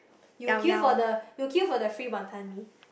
you will queue for the you will queue for the free Wanton-Mee